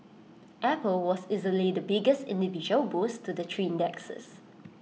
apple was easily the biggest individual boost to the three indexes